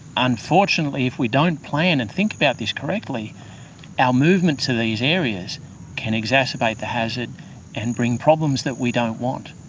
unfortunately, if we don't plan and think about this correctly our movement to these areas can exacerbate the hazard and bring problems that we don't want.